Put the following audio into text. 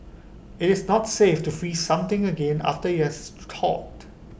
IT is not safe to freeze something again after IT has thawed